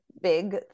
big